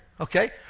okay